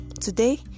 Today